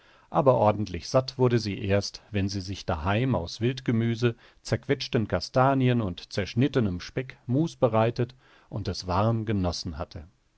aber ordentlich satt wurde sie erst wenn sie sich daheim aus wildgemüse zerquetschten kastanien und zerschnittenem speck mus bereitet und es warm genossen hatte